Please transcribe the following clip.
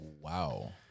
Wow